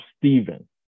Stephen